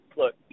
look